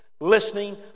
listening